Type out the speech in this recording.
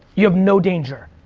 you have no danger.